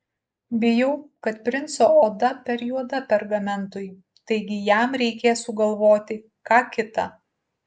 bijau kad princo oda per juoda pergamentui taigi jam reikės sugalvoti ką kita